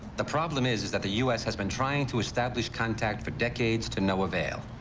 the problem is is that the u s. has been trying to establish contact for decades to no um ail.